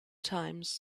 times